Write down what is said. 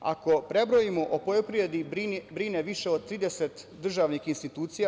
Ako prebrojimo, o poljoprivredi brine više od 30 državnih institucija.